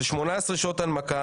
של 18 שעות הנמקה,